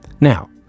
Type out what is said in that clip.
Now